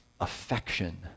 affection